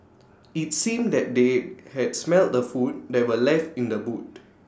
IT seemed that they had smelt the food that were left in the boot